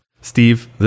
Steve